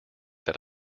that